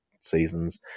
seasons